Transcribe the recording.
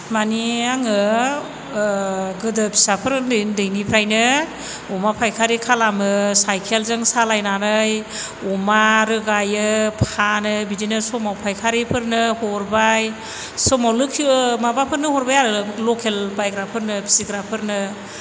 माने आङो गोदो फिसाफोर उन्दै उन्दैनिफ्रायनो अमा फायखारि खालामो साइकेलजों सालायनानै अमा रोगायो फानो बिदिनो समाव फायखारिफोरनो हरबाय समाव लोखि माबाफोरनो हरबाय आरो लकेल बायग्राफोरनो फिसिग्राफोरनो